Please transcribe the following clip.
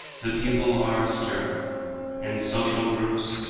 the people are astir. in social groups,